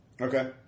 Okay